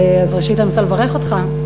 אז ראשית, אני רוצה לברך אותך.